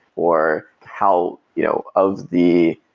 or how you know of the,